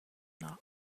not